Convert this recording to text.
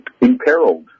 imperiled